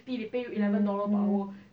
mm mm